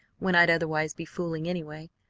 when i'd otherwise be fooling, anyway.